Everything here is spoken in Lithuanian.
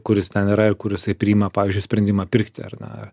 kuris ten yra ir kur jisai priima pavyzdžiui sprendimą pirkti ar na